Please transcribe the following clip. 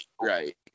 Right